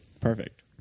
Perfect